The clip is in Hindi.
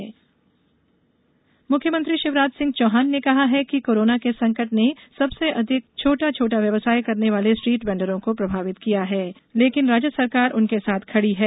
स्ट्रीट वेंडर्स मुख्यमंत्री शिवराज सिंह चौहान ने कहा है कि कोरोना के संकट ने सबसे अधिक छोटा छोटा व्यवसाय करने वाले स्ट्रीट वेंडर्स को प्रभावित किया लेकिन राज्य सरकार उनके साथ खड़ी है